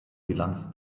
bilanz